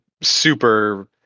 super